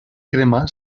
crema